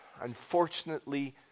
Unfortunately